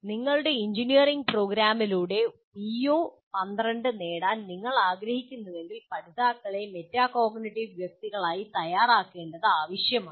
നിങ്ങളുടെ എഞ്ചിനീയറിംഗ് പ്രോഗ്രാമിലൂടെ പിഒ 12 നേടാൻ നിങ്ങൾ ആഗ്രഹിക്കുന്നുവെങ്കിൽ പഠിതാക്കളെ മെറ്റാകോഗ്നിറ്റീവ് വ്യക്തികളായി തയ്യാറാക്കേണ്ടത് ആവശ്യമാണ്